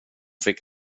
fick